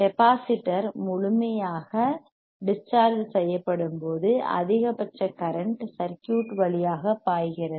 capacitor முழுமையாக discharge செய்யப்படும் போது அதிகபட்ச கரண்ட் சர்க்யூட் வழியாக பாய்கிறது